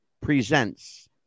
presents